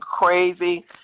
crazy